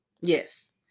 Yes